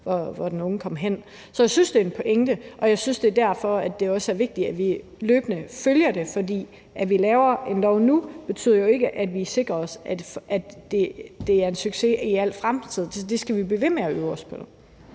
hvor den unge kom hen. Så jeg synes, det er en pointe, og jeg synes, at det er derfor, det også er vigtigt, at vi løbende følger det. For det, at vi laver en lov nu, betyder jo ikke, at vi sikrer os, at det er en succes i al fremtid. Så det skal vi blive ved med at øve os på.